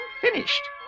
finished